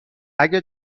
اگه